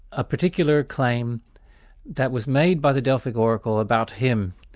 a particular claim that was made by the delphic oracle about him.